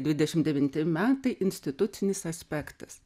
dvidešim devinti metai institucinis aspektas